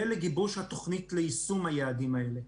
ולגיבוש התוכנית ליישום היעדים האלה.